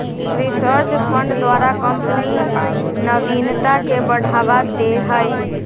research fund द्वारा company नविनता के बढ़ावा दे हइ